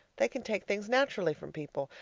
they can take things naturally from people.